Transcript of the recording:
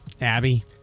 Abby